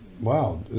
Wow